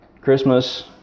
Christmas